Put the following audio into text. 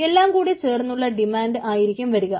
എല്ലാം കൂടി കൂടിച്ചേർന്നുള്ള ഡിമാൻഡ് ആയിരിക്കും വരുക